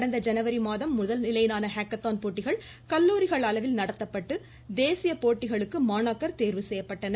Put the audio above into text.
கடந்த ஜனவரி மாதம் முதல்நிலையிலான ஹேக்கத்தான் போட்டிகள் கல்லூரிகள் அளவில் நடைத்தப்பட்டு தேசிய போட்டிகளுக்கு மாணாக்கா் தோ்வு செய்யப்பட்டனர்